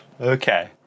Okay